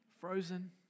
frozen